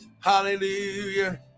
hallelujah